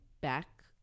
back